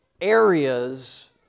areas